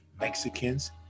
mexicans